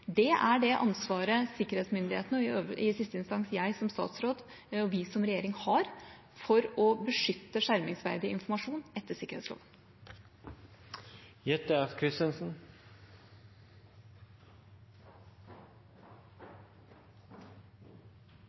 Det er det ansvaret sikkerhetsmyndighetene, og i siste instans jeg som statsråd og vi som regjering, har for å beskytte skjermingsverdig informasjon etter sikkerhetsloven.